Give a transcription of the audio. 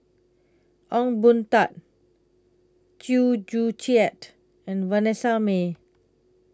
Ong Boon Tat Chew Joo Chiat and Vanessa Mae